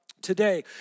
today